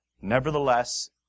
Nevertheless